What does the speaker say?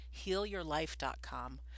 healyourlife.com